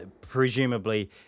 Presumably